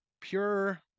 pure